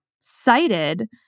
cited